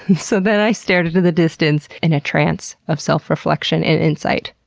so then i stared into the distance in a trance of self-reflection and insight,